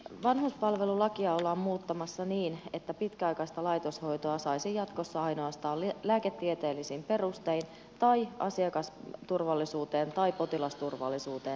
vanhuspalvelulakia ollaan muuttamassa niin että pitkäaikaista laitoshoitoa saisi jatkossa ainoastaan lääketieteellisin perustein tai asiakasturvallisuuteen tai potilasturvallisuuteen liittyvin perustein